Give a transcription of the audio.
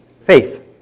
faith